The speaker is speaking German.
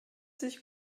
sich